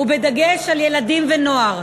ובדגש על ילדים ונוער.